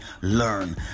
learn